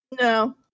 No